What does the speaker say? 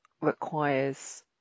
requires